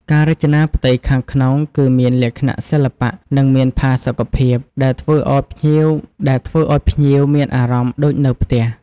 ការរចនាផ្ទៃខាងក្នុងគឺមានលក្ខណៈសិល្បៈ និងមានផាសុកភាព ដែលធ្វើឲ្យភ្ញៀវមានអារម្មណ៍ដូចនៅផ្ទះ។